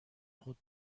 خود